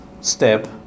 step